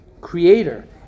Creator